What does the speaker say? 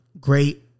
great